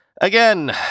Again